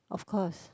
of course